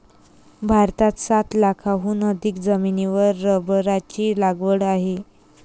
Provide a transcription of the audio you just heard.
भारतात सात लाखांहून अधिक जमिनीवर रबराची लागवड आहे